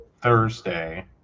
Thursday